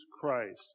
Christ